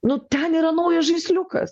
nu ten yra naujas žaisliukas